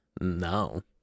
No